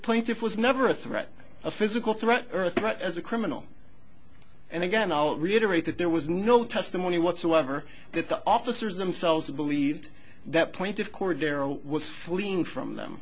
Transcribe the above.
plaintiff was never a threat a physical threat earth threat as a criminal and again i'll reiterate that there was no testimony whatsoever that the officers themselves believed that point of course darrow was fleeing from them